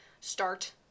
start